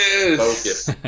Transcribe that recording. Focus